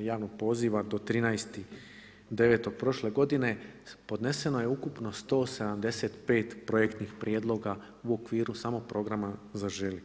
javnog poziva do 13.9. prošle godine, podneseno je ukupno 175 projektnih prijedloga u okviru samo programa „Zaželi“